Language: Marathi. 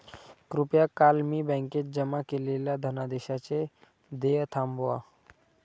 कृपया काल मी बँकेत जमा केलेल्या धनादेशाचे देय थांबवा